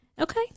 okay